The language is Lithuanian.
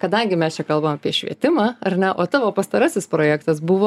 kadangi mes čia kalbam apie švietimą ar ne o tavo pastarasis projektas buvo